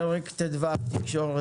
על סדר-היום: פרק ט"ו (תקשורת),